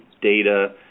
data